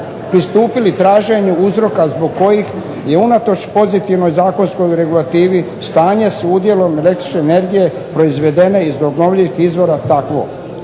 pristupili traženju uzroka zbog kojih je unatoč pozitivnoj zakonskoj regulativi stanje s udjelom električne energije proizvedene iz obnovljivih izvora takvo.